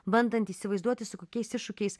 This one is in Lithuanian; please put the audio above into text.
bandant įsivaizduoti su kokiais iššūkiais